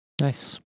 nice